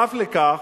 ובנוסף לכך,